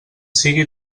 sigui